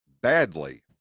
badly